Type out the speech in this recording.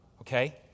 okay